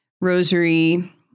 Rosary